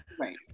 Right